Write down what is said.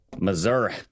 Missouri